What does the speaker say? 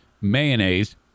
Mayonnaise